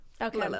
Okay